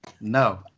no